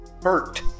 Bert